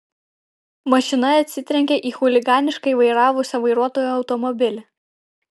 mašina atsitrenkė į chuliganiškai vairavusio vairuotojo automobilį